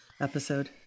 episode